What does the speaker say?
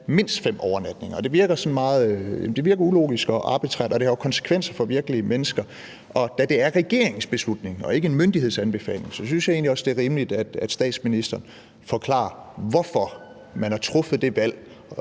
mindst 5 overnatninger. Det virker ulogisk og arbitrært, og det har jo konsekvenser for virkelige mennesker. Og da det er regeringens beslutning og ikke en myndighedsanbefaling, synes jeg egentlig også, at det er rimeligt, at statsministeren forklarer, hvorfor man har truffet det valg,